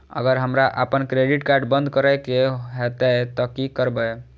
अगर हमरा आपन क्रेडिट कार्ड बंद करै के हेतै त की करबै?